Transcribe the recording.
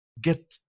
get